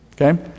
Okay